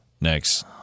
next